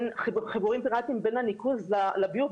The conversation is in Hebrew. חיבורים פיראטים בין הניקוז לביוב,